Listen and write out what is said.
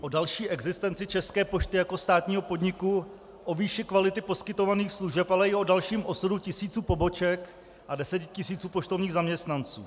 o další existenci České pošty jako státního podniku, o výši kvality poskytovaných služeb, ale i o dalším osudu tisíců poboček a desetitisíců poštovních zaměstnanců.